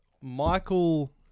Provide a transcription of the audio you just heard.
Michael